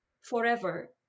forever